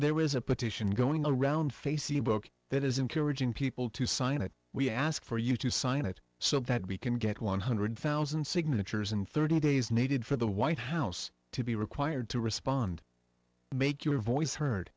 there is a petition going around face e book that is encouraging people to sign it we ask for you to sign it so that we can get one hundred thousand signatures in thirty days needed for the white house to be required to respond and make your voice heard